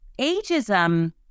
ageism